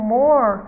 more